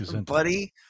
buddy